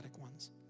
ones